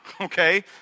okay